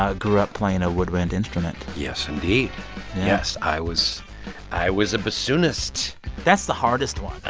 ah grew up playing a woodwind instrument yes, indeed. yes. i was i was a bassoonist that's the hardest one.